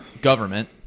government